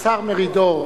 השר מרידור,